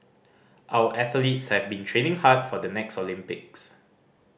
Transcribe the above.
our athletes have been training hard for the next Olympics